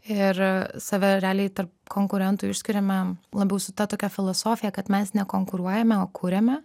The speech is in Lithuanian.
ir save realiai tarp konkurentų išskiriamame labiau su ta tokia filosofija kad mes nekonkuruojame o kuriame